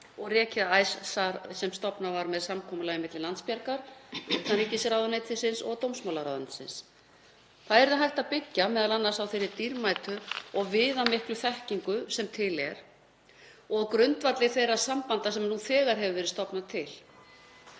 og rekið ICE-SAR sem stofnað var með samkomulagi milli Landsbjargar, utanríkisráðuneytisins og dómsmálaráðuneytisins. Það yrði hægt að byggja m.a. á þeirri dýrmætu og viðamiklu þekkingu sem til er og á grundvelli þeirra sambanda sem nú þegar hefur verið stofnað til.